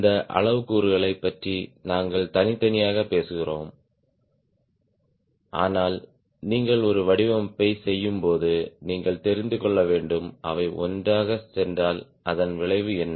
இந்த அளவுருக்களைப் பற்றி நாங்கள் தனித்தனியாகப் பேசுகிறோம் ஆனால் நீங்கள் ஒரு வடிவமைப்பைச் செய்யும்போது நீங்கள் தெரிந்து கொள்ள வேண்டும் அவை ஒன்றாகச் சென்றால் அதன் விளைவு என்ன